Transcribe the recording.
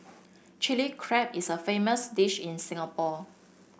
Chilli Crab is a famous dish in Singapore